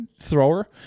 thrower